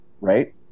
right